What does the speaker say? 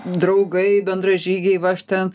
draugai bendražygiai va aš ten